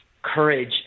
Courage